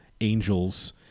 angels